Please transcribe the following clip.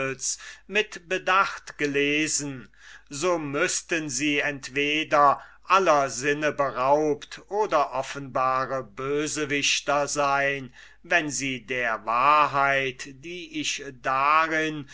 mit bedacht gelesen so müßten sie entweder aller sinne beraubt oder offenbare bösewichter sein wenn sie der wahrheit die ich darin